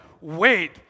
wait